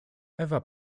ewa